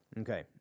Okay